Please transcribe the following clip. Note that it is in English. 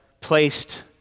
placed